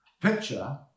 picture